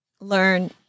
Learn